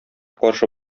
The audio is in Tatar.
каршы